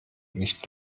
nicht